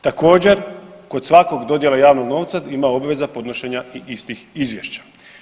Također kod svakog dodjele javnog novca ima obveza podnošenja i istih izvješća.